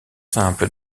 simple